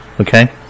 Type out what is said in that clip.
Okay